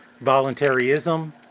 voluntarism